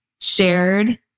shared